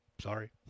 Sorry